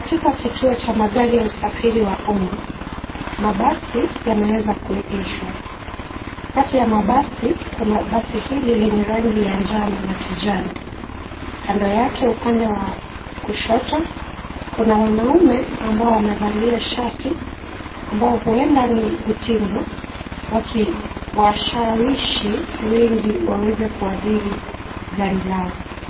Katika kituo cha magari ya usafiri wa umma mabasi yameweza kuegeshwa, kati ya mabasi kuna basi hili lenye rangi ya njano na kijani, kando yake upande wa kushoto kuna wanaume ambao wamevalia shati ambao huenda ni utingo wakiwashawishi wengi waweze kuabiri gari lao.